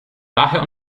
daher